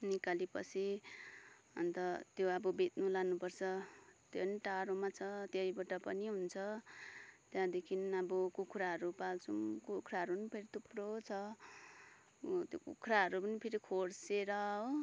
निकाल्योपछि अन्त त्यो अब बेच्नु लानुपर्छ त्यो पनि टाढोमा छ त्यहीबाट पनि हुन्छ त्यहाँदेखि अब कुखुराहरू पाल्छौँ कुखुराहरू पनि फेरि थुप्रो छ त्यो कुखुराहरू पनि फेरि खोस्रेर हो